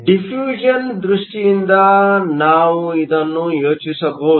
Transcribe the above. diffusion ದೃಷ್ಟಿಯಿಂದ ನಾವು ಇದನ್ನು ಯೋಚಿಸಬಹುದು